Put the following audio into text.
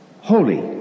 holy